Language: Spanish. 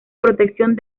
protección